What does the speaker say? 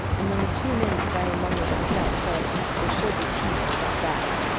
and when the two men sprang among them with stout clubs they showed their teeth and fought back.